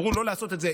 אמרו לא לעשות את זה.